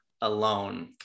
alone